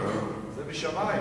זה משמים.